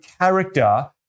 character